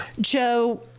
Joe